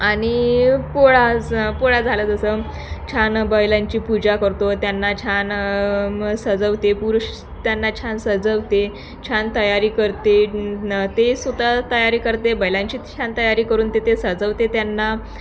आणि पोळाच पोळा झाला जसं छान बैलांची पूजा करतो त्यांना छान म सजवते पुरुष त्यांना छान सजवते छान तयारी करते ते सुद्धा तयारी करते बैलांची छान तयारी करून ते ते सजवते त्यांना